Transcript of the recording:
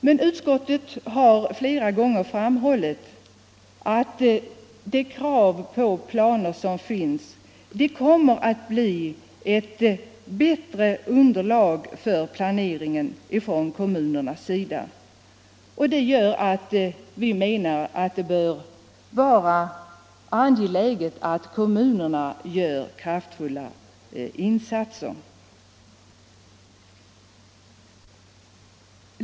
Men utskottet har flera gånger framhållit att kravet på planer kommer att medföra ett bättre underlag för planeringen i kommunerna. Därför menar vi att det bör vara angeläget att kommunerna här gör kraftfulla insatser.